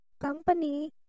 company